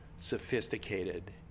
sophisticated